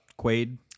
Quaid